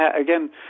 again